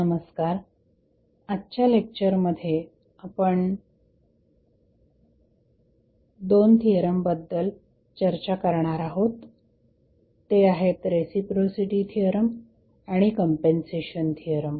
नमस्कार आजच्या लेक्चरमध्ये आपण दोन थिअरम बद्दल चर्चा करणार आहोत ते आहेत रेसिप्रोसिटी थिअरम आणि कंपेंन्सेशन थिअरम